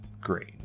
great